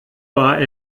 war